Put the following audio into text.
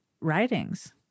writings